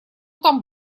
там